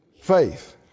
Faith